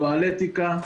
טואלטיקה.